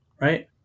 right